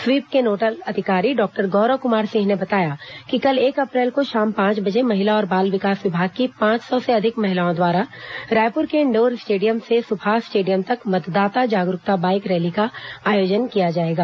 SVEEP के nodal अधिकारी doctor Gaurav Kumar Singh ने बताया कि कल एक अप्रैल को शाम पांच बजे महिला और बाल विकास विभाग की पांच सौ से अधिक महिलाओं द्वारा रायपुर के इंडोर स्टेडियम से सुभाष स्टेडियम तक मतदाता जागरूकता बाइक रैली का आयोजन किया जाएगा